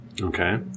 Okay